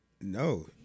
No